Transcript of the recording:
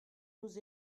nous